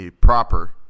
proper